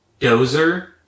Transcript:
Dozer